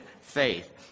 faith